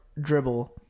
dribble